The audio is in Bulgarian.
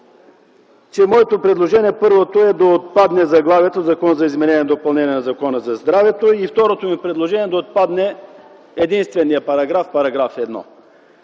ми предложение е да отпадне заглавието „Закон за изменение и допълнение на Закона за здравето”. Второто ми предложение е да отпадне единственият параграф -§ 1.